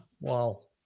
Wow